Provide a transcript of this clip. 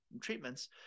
treatments